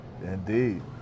Indeed